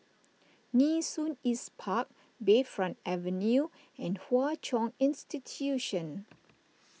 Nee Soon East Park Bayfront Avenue and Hwa Chong Institution